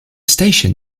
station